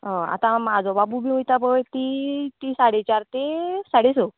अ आतां म्हाजो बाबू बी वयता पळय ती ती साडे चार ते साडे स